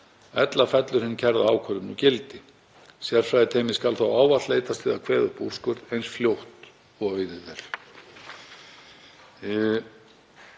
ella fellur hin kærða ákvörðun úr gildi. Sérfræðiteymið skal þó ávallt leitast við að kveða upp úrskurð eins fljótt og auðið er.